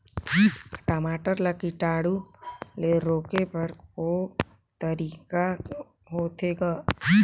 टमाटर ला कीटाणु ले रोके बर को तरीका होथे ग?